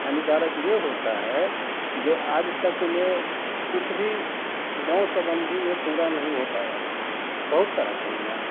हानिकारक ये होता है जो आज तक में कुछ भी गाँव संबंधी में पूरा नहीं हो पाया है बहुत सारी कमियाँ है